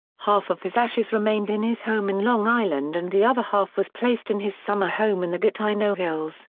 half of his ashes remained in his home in long island and the other half was placed in his summer home in the gatineau hills,